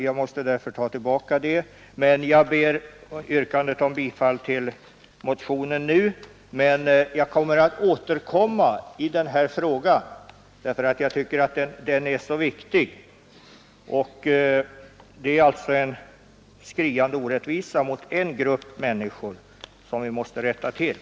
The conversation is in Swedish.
Jag måste därför ta tillbaka yrkandet om bifall till motionen, men jag återkommer i den här frågan därför att jag tycker att den är så viktig. Här finns en orättvisa mot en grupp människor, och den orättvisan måste vi rätta till.